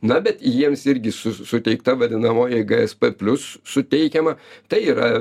na bet jiems irgi su suteikta vadinamoji gsp plius suteikiama tai yra